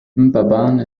mbabane